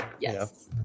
yes